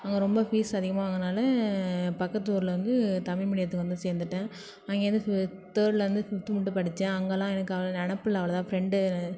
அங்கே ரொம்ப ஃபீஸ் அதிகமாக வாங்கினால பக்கத்து ஊரில் வந்து தமிழ் மீடியத்துக்கு வந்து சேர்ந்துட்டேன் அங்கேயிர்ந்து ஃபி தேர்டிலேந்து ஃபிஃப்த் மட்டும் படிச்சேன் அங்கெல்லாம் எனக்கு அவ்வளோ நினப்பில்ல அவ்வளதா ஃப்ரெண்டு